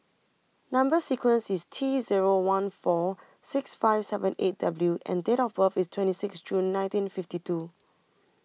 Number sequence IS T Zero one four six five seven eight W and Date of birth IS twenty six June nineteen fifty two